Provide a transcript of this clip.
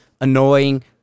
annoying